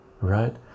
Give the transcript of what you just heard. right